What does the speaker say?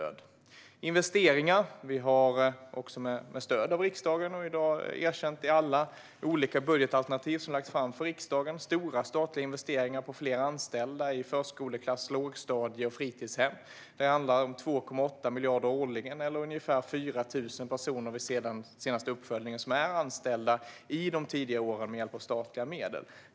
När det gäller investeringar gör vi med stöd av riksdagen, vilket erkänns i alla olika budgetalternativ som lagts fram för riksdagen, stora statliga investeringar i fler anställda i förskoleklass, lågstadium och fritidshem. Det handlar om 2,8 miljarder årligen eller, enligt senaste uppföljningen, ungefär 4 000 personer som är anställda i de tidiga åren med hjälp av statliga medel.